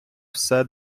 все